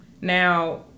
Now